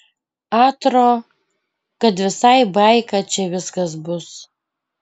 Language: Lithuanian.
atro kad visai baika čia viskas bus